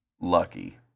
lucky